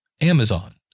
Amazon